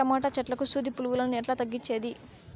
Tomato చెట్లకు సూది పులుగులను ఎట్లా తగ్గించేది?